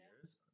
years